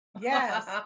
Yes